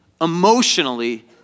emotionally